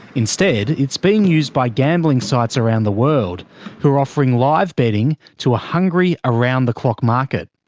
instead, it's being used by gambling sites around the world who are offering live betting to a hungry, around the clock market.